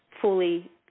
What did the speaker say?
fully